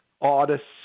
artists